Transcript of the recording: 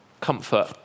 comfort